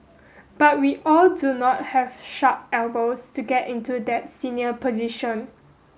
but we all do not have sharp elbows to get into that senior position